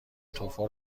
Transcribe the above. توفو